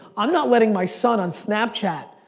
i'm not letting my son on snapchat.